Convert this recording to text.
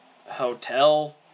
hotel